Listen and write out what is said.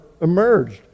emerged